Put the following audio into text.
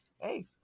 hey